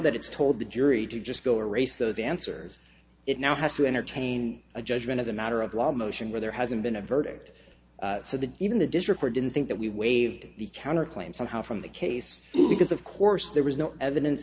that it's told the jury to just go race those answers it now has to entertain a judgment as a matter of law motion where there hasn't been a verdict so that even the district court didn't think that we waived the counterclaim somehow from the case because of course there was no evidence